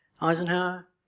Eisenhower